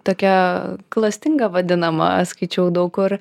tokia klastinga vadinama aš skaičiau daug kur